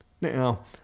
Now